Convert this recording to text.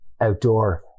outdoor